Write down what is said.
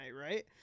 Right